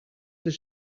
does